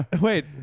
wait